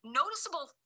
noticeable